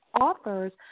authors